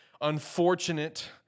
unfortunate